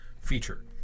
feature